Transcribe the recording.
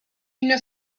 une